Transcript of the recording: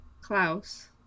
Klaus